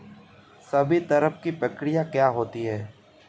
संवितरण की प्रक्रिया क्या होती है?